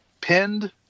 pinned